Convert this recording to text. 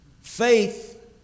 Faith